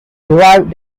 derived